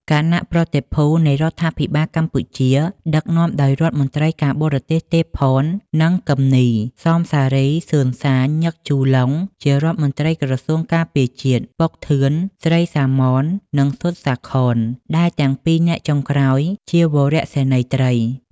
គណៈប្រតិភូនៃរដ្ឋាភិបាលកម្ពុជាដឹកនាំដោយរដ្ឋ មន្ត្រីការបទេសទេពផន និង គឹមនី សម សារី សឺន សាន ញឹក ជូឡុងជារដ្ឋមន្ត្រីក្រសួងការពារជាតិ ប៉ុក ធឿន ស្រី សាម៉ន និងស៊ុត សាខន ដែលទាំងពីរនាក់ចុងក្រោយ ជាវរសេនីយត្រី។